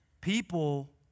people